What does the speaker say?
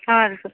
ಹಾಂ ರೀ ಸ